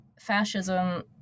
Fascism